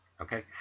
okay